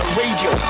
radio